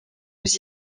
aux